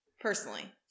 personally